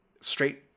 straight